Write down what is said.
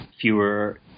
fewer